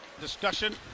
discussion